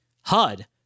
HUD